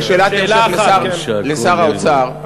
כשאלת המשך לשר האוצר,